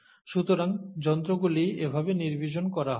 সুতরাং যন্ত্রগুলি এভাবে নির্বীজন করা হয়